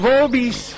Vobis